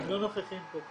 הם לא נוכחים פה,